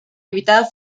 invitado